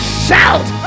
shout